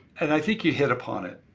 and i think you hit upon it,